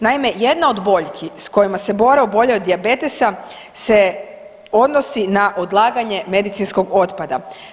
Naime, jedna od boljki s kojima se bore oboljeli od dijabetesa se odnosi na odlaganje medicinskog otpada.